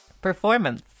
Performance